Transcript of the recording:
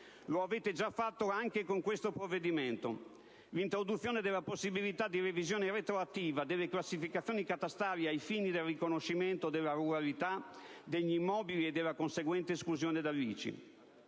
Lo avete già fatto anche con questo provvedimento: vedi l'introduzione della possibilità di revisione retroattiva delle classificazioni catastali ai fini del riconoscimento della ruralità degli immobili e della conseguente esclusione dall'ICI,